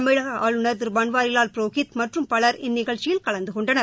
தமிழக ஆளுநர் திரு பன்வாரிவால் புரோஹித் மற்றும் பலர் இந்நிகழ்ச்சியில் கலந்து கொண்டனர்